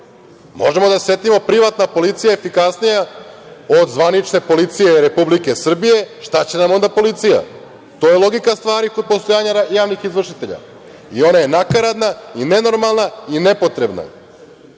da se setimo, privatna policija je efikasnija od zvanične policije Republike Srbije, šta će nam onda policija? To je logika stvari kod postojanja javnih izvršitelja i ona je nakaradna i nenormalna i nepotrebna. Niko